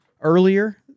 earlier